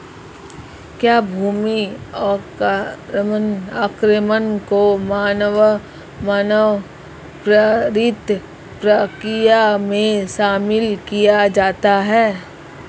क्या भूमि अवक्रमण को मानव प्रेरित प्रक्रिया में शामिल किया जाता है?